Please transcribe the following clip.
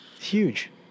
Huge